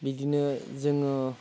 बिदिनो जोङो